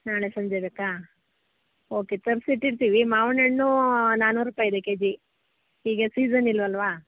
ನಾಳೆ ಸಂಜೆ ಬೇಕಾ ಓಕೆ ತರಿಸಿಟ್ಟಿರ್ತೀವಿ ಮಾವಿನಣ್ಣು ನಾನ್ನೂರು ರೂಪಾಯಿ ಇದೆ ಕೆಜಿ ಈಗ ಸೀಸನ್ ಇಲ್ವಲ್ಲ